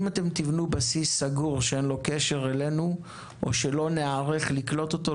אם אתם תבנו בסיס סגור שאין לו קשר אלינו או שלא נערך לקלוט אותו,